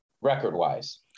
record-wise